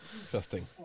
Interesting